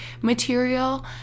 material